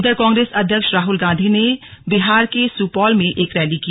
उधर कांग्रेस अध्यक्ष राहुल गांधी ने बिहार के सुपौल में एक रैली की